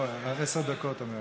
לא, עד עשר דקות, אומר המזכיר.